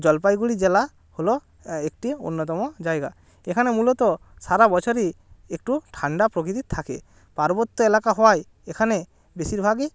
জলপাইগুড়ি জেলা হলো একটি অন্যতম জায়গা এখানে মূলত সারা বছরই একটু ঠান্ডা প্রকৃতি থাকে পার্বত্য এলাকা হওয়ায় এখানে বেশিরভাগই